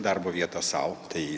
darbo vietą sau tai